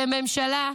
כממשלה,